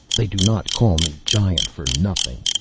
they do not call me giant for nothing.